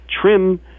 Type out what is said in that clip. Trim